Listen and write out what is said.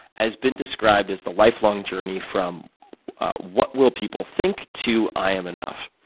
has been described as the lifelong journey from what will people think to i am enough.